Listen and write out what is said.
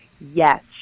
yes